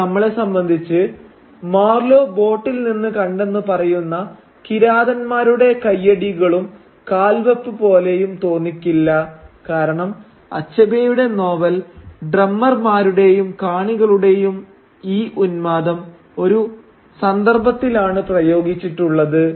ഇത് നമ്മളെ സംബന്ധിച്ച് മാർലോ ബോട്ടിൽ നിന്ന് കണ്ടെന്ന് പറയുന്ന കിരാതൻമാരുടെ കയ്യടികളും കാൽ വെപ്പ് പോലെയും തോന്നിക്കില്ല കാരണം അച്ഛബേയുടെ നോവൽ ഡ്രമ്മർമാരുടെയും കാണികളുടെയും ഈ ഉന്മാദം ഒരു സന്ദർഭത്തിലാണ് പ്രയോഗിച്ചിട്ടുള്ളത്